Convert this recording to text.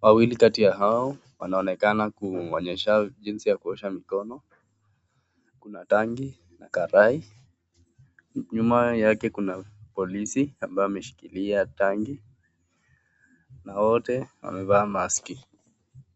wawili kati ya hao wanaonekana kumuonyesha jinsi ya kuosha mkono na Tanki na karai, nyuma yake Kuna polisi ambaye ameshikilia tanki na wote wamevaa maskii.